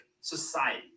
society